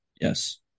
Yes